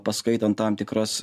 paskaitant tam tikras